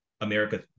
america